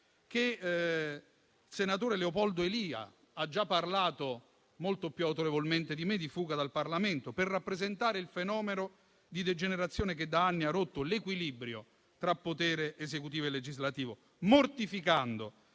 che il senatore Leopoldo Elia ha già parlato molto più autorevolmente di me di "fuga dal Parlamento", per rappresentare il fenomeno di degenerazione che da anni ha rotto l'equilibrio tra potere esecutivo e legislativo, mortificando